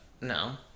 no